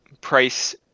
price